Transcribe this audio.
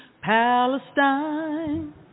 Palestine